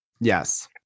Yes